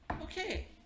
Okay